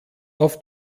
auf